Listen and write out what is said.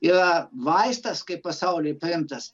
yra vaistas kaip pasauly paimtas